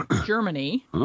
Germany